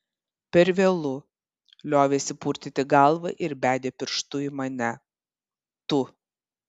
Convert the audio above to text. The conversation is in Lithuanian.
per vėlu liovėsi purtyti galvą ir bedė pirštu į mane tu